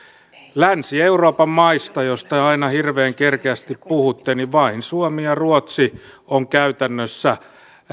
länsi euroopan maista joista aina hirveän kerkeästi puhutte vain suomi ja ruotsi ovat käytännössä